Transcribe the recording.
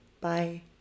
bye